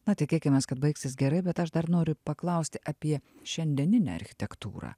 na tikėkimės kad baigsis gerai bet aš dar noriu paklausti apie šiandieninę architektūrą